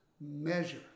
measure